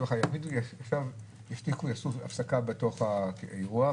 --- יעשו הפסקה בתוך האירוע,